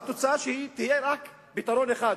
והתוצאה תהיה רק פתרון אחד,